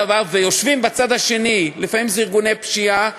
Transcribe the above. בצד השני יושבים לפעמים ארגוני פשיעה,